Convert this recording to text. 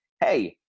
Hey